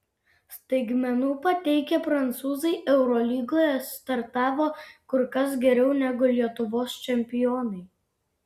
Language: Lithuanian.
staigmenų pateikę prancūzai eurolygoje startavo kur kas geriau negu lietuvos čempionai